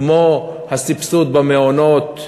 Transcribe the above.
כמו הסבסוד במעונות,